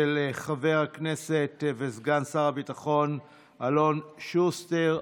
חבר הכנסת וסגן שר הביטחון אלון שוסטר.